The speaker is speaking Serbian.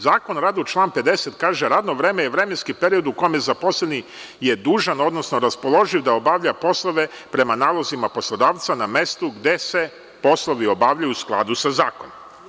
Zakon o radu, član 50. kaže – radno vreme je vremenski period u kome zaposleni je dužan, odnosno raspoloživ da obavlja poslove prema nalozima poslodavca na mestu gde se poslovi obavljaju u skladu sa zakonom.